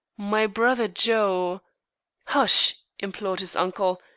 my brother joe hush! implored his uncle,